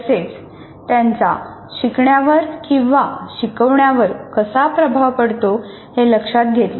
तसेच त्यांचा शिकण्यावर आणि शिकवण्यावर कसा प्रभाव पडतो हे लक्षात घेतले